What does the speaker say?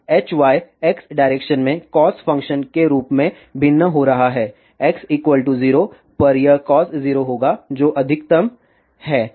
तो Hy x direction में cos function के रूप में भिन्न हो रहा है x 0 पर यह cos 0 होगा जो अधिकतम है